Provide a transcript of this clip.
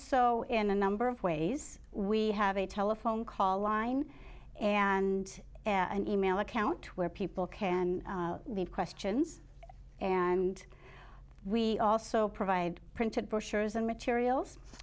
so in a number of ways we have a telephone call line and an e mail account where people can read questions and we also provide printed brochures and materials